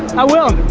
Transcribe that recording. i will.